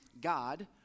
God